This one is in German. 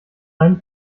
einen